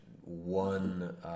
one –